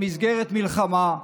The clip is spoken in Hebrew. במסגרת מלחמה,